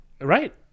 right